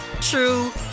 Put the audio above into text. true